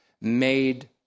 Made